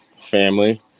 family